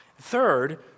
Third